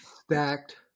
stacked